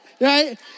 right